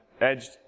edged